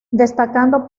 destacando